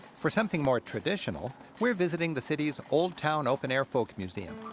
for something more traditional, we're visiting the city's old town open-air folk museum.